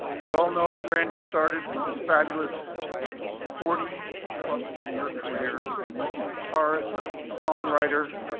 as you all know, randy started his fabulous forty plus year career as a guitarist, songwriter,